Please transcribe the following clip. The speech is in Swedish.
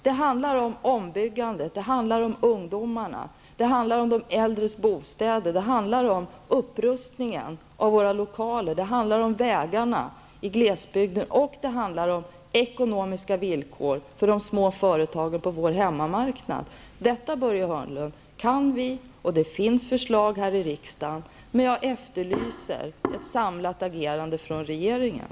Det handlar om ombyggande, det handlar om ungdomarna, det handlar om de äldres bostäder, det handlar om upprustningen av våra lokaler, det handlar om vägarna i glesbygden och det handlar om ekonomiska villkor för de små företagen på vår hemmamarknad. Detta, Börje Hörnlund, kan vi. Det finns förslag här i riksdagen, men jag efterlyser ett samlat agerande från regeringen.